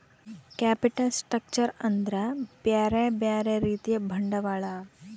capital structure ಅಂದ್ರ ಬ್ಯೆರೆ ಬ್ಯೆರೆ ರೀತಿಯ ಬಂಡವಾಳ